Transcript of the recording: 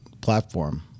platform